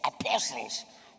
apostles